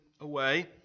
away